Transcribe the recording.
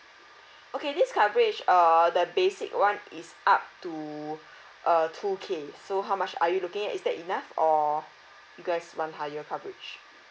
okay this coverage err the basic one is up to uh two K so how much are you looking at is that enough or you guys want higher coverage